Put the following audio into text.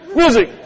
music